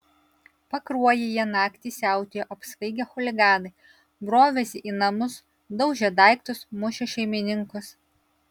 pakruojyje naktį siautėjo apsvaigę chuliganai brovėsi į namus daužė daiktus mušė šeimininkus